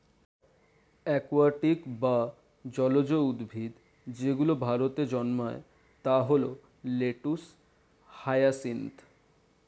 aquatic বা জলজ উদ্ভিদ যেগুলো ভারতে জন্মায় তা হল লেটুস, হায়াসিন্থ